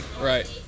Right